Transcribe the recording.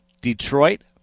Detroit